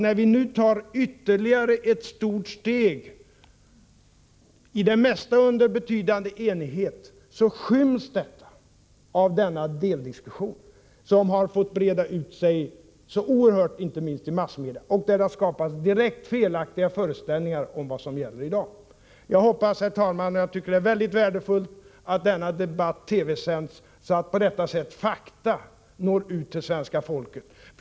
När vi nu tar ytterligare ett stort steg i narkotikabekämpningen — för det mesta under betydande enighet — skyms detta av denna deldiskussion, som har fått breda ut sig så oerhört, inte minst i massmedia, och skapat direkt felaktiga föreställningar om vad som gäller i dag. Det är därför väldigt värdefullt att denna debatt TV-sänds så att fakta på det sättet når ut till svenska folket.